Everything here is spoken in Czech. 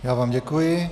Já vám děkuji.